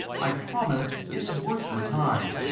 i promise it's worth your time.